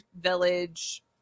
Village